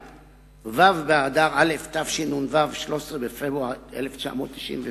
מו' באדר א' תשנ"ו, 13 בפברואר 1997,